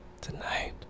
tonight